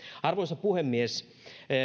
arvoisa puhemies